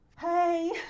hey